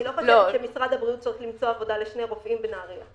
אני לא חושבת שמשרד הבריאות צריך למצוא עבודה לשני רופאים בנהריה.